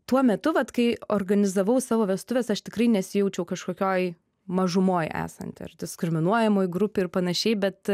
tuo metu vat kai organizavau savo vestuves aš tikrai nesijaučiau kažkokioj mažumoj esanti ar diskriminuojamoj grupėj ar panašiai bet